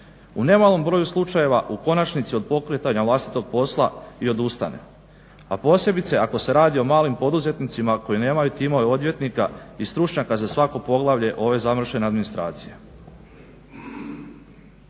u ne malom broju slučajeva u konačnici od pokretanja vlastitog posla i odustane, a posebice ako se radi o malim poduzetnicima koji nemaju timove odvjetnika i stručnjaka za svako poglavlje ove zamršene administracije.